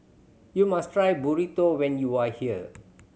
you must try Burrito when you are here